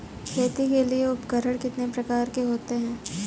खेती के लिए उपकरण कितने प्रकार के होते हैं?